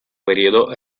periodo